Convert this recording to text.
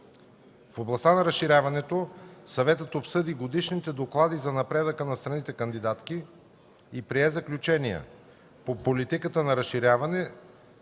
В областта на разширяването Съветът обсъди годишните доклади за напредъка на страните кандидатки и прие заключения по политиката на разширяване,